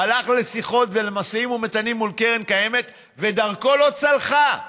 הלך לשיחות ומשאים ומתנים מול קרן הקיימת ודרכו לא צלחה.